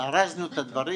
ארזנו את הדברים,